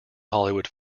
hollywood